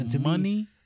Money